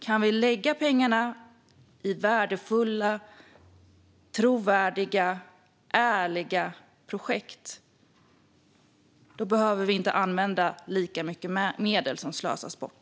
Kan vi lägga pengarna i värdefulla, trovärdiga och ärliga projekt behöver inte så mycket medel slösas bort.